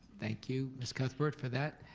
thank you, miss cuthbert for that.